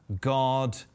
God